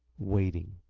waiting.